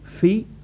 feet